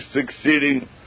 succeeding